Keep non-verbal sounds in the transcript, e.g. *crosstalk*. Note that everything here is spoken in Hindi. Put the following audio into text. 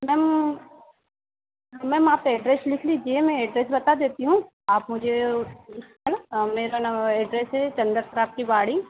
मैम हाँ मैम आप एड्रेस लिख लीजिए मैं एड्रेस बता देती हूँ आप मुझे है ना मेरा ना एड्रेस है चंदर *unintelligible* की वाड़ी